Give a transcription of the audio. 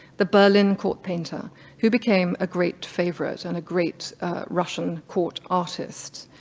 the berlin court painter who became a great favorite and great russian court artist.